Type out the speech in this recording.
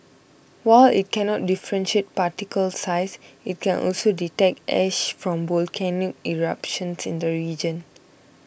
while it cannot differentiate particle size it can also detect ash from volcanic eruptions in the region